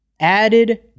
added